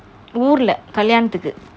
ஊருல கல்யாணத்துக்கு:uurula kalyanathuku